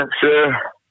Sir